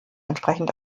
entsprechend